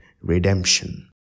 redemption